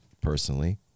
personally